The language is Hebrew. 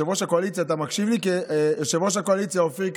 יושב-ראש הקואליציה אופיר כץ,